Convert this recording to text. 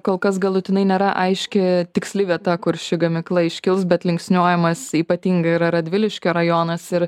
kol kas galutinai nėra aiški tiksli vieta kur ši gamykla iškils bet linksniuojamas ypatingai yra radviliškio rajonas ir